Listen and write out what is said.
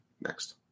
Next